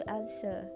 answer